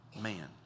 man